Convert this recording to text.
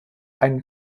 einen